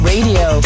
Radio